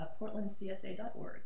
portlandcsa.org